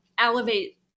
elevate